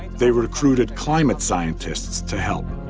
they recruited climate scientists to help.